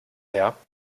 her